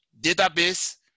database